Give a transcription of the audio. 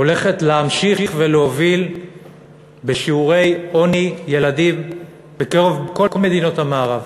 הולכת להמשיך להוביל בשיעורי העוני של ילדים בכל מדינות המערב.